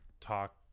talk